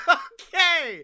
okay